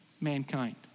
mankind